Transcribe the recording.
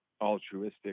altruistic